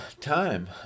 time